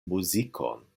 muzikon